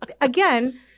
again